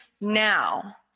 now